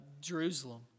Jerusalem